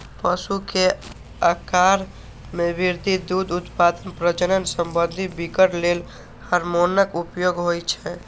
पशु के आाकार मे वृद्धि, दुग्ध उत्पादन, प्रजनन संबंधी विकार लेल हार्मोनक उपयोग होइ छै